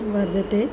वर्धते